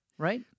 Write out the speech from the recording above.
Right